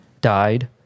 died